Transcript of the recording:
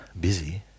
busy